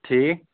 ٹھیٖک